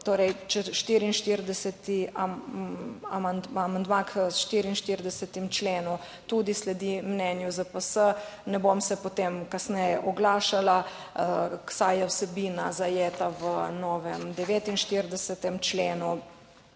Torej, amandma k 44. členu tudi sledi mnenju ZPS, ne bom se potem kasneje oglašala, saj je vsebina zajeta v novem 49. členu,